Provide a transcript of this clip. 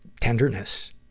tenderness